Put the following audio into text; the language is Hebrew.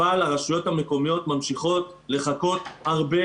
אבל הרשויות המקומיות ממשיכות לחכות הרבה